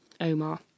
omar